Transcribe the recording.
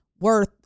worth